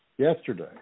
Yesterday